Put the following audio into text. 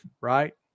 right